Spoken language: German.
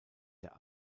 der